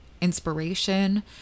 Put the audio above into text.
inspiration